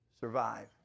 survive